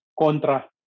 contra